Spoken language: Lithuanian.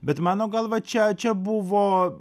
bet mano galva čia čia buvo